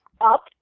Up